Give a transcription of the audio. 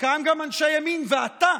ואתה